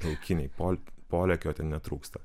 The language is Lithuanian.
laukiniai pol polėkio ten netrūksta